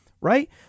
right